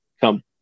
come